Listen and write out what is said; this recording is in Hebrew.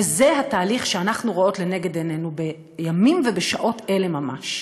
וזה התהליך שאנחנו רואות לנגד עינינו בימים ובשעות האלה ממש.